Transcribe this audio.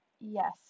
Yes